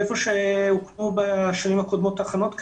היכן שהוקמו בשנים קודמות תחנות כאלה,